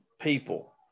people